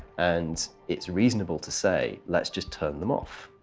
and it's reasonable to say let's just turn them off.